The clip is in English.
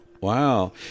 Wow